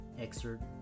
excerpt